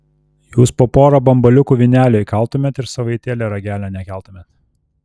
jūs po porą bambaliukų vynelio įkaltumėt ir savaitėlę ragelio nekeltumėt